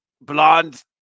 blonde